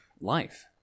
life